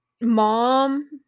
mom